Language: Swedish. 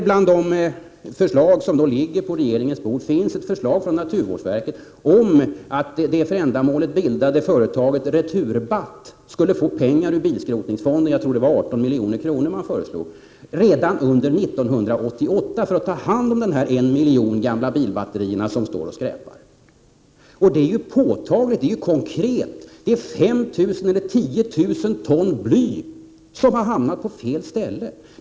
Bland de förslag som ligger på regeringens bord finns ett förslag från naturvårdsverket om att det för ändamålet bildade företaget Returbatt skulle få pengar ur bilskrotningsfonden — jag tror att det föreslogs 18 milj.kr. — redan under 1988 för att ta hand om den miljon gamla bilbatterier som står och skräpar. Det är påtagligt och konkret — det handlar om 5 000 eller 10 000 ton bly som har hamnat på fel ställe.